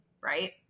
Right